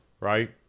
right